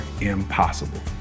impossible